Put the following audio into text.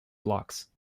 blocks